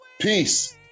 Peace